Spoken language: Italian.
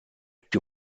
più